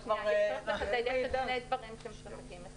יש --- דברים שמשחקים.